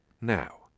Now